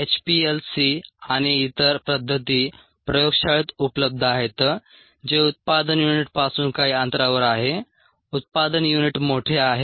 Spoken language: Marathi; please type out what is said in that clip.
एचपीएलसी आणि इतर पद्धती प्रयोगशाळेत उपलब्ध आहेत जे उत्पादन युनिटपासून काही अंतरावर आहे उत्पादन युनिट मोठे आहे